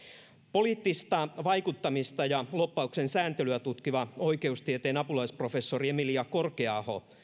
poliittista vaikuttamista ja lobbauksen sääntelyä tutkiva oikeustieteen apulaisprofessori emilia korkea aho